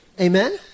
amen